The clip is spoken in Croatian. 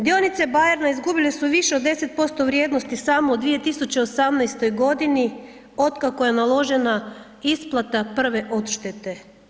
Dionice Bayera izgubile su više od 10% vrijednosti samo u 2018. godini od kako je naložena isplata prve odštete.